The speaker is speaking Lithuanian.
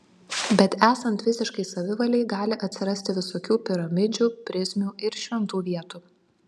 bet esant visiškai savivalei gali atsirasti visokių piramidžių prizmių ir šventų vietų